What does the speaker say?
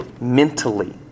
mentally